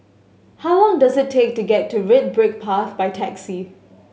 how long does it take to get to Red Brick Path by taxi